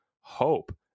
hope